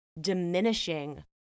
diminishing